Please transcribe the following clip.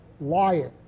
lying